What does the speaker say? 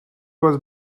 was